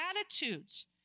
attitudes